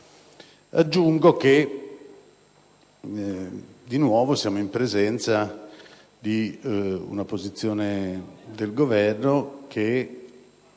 Aggiungo che di nuovo siamo in presenza di una posizione del Governo che